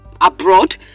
abroad